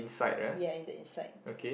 ya in the inside